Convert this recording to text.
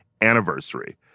anniversary